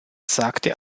sagte